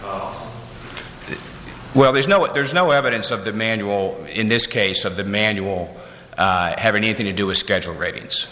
oh well there's no it there's no evidence of the manual in this case of the manual have anything to do a schedule ra